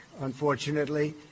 unfortunately